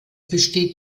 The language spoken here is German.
besteht